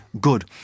good